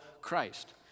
christ